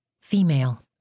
Female